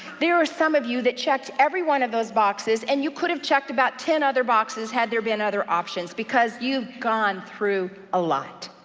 there are some of you that checked every one of those boxes, and you could have checked about ten other boxes had there been other options, because you've gone through a lot.